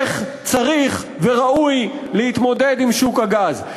איך צריך וראוי להתמודד עם שוק הגז.